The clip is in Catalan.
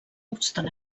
obstant